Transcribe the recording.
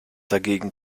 dagegen